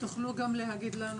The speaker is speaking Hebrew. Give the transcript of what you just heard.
תוכלו גם להגיד לנו